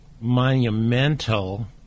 monumental